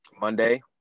Monday